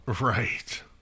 Right